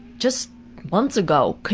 just months ago,